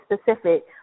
specific